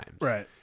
Right